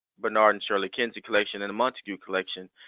bernard and shirley kinsey collection and a montague collection.